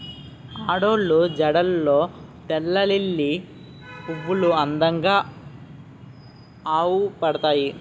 ఆడోళ్ళు జడల్లో తెల్లలిల్లి పువ్వులు అందంగా అవుపడతాయి